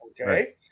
Okay